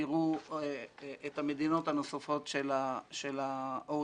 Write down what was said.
ותראו את המדינות הנוספות של ה-OECD.